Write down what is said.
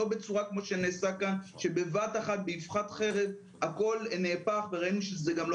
לא בצורה כמו שנעשה כאן שבבת אחת באיבחת חרב הכל נהפך וראינו שזה גם לא